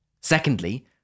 Secondly